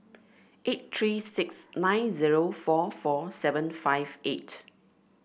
eight three six nine zero four four seven five eight